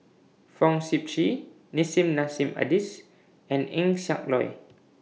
Fong Sip Chee Nissim Nassim Adis and Eng Siak Loy